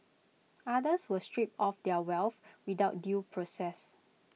others were stripped of their wealth without due process